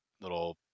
little